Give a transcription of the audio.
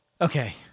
Okay